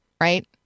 right